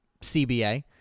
CBA